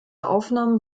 aufnahmen